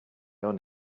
own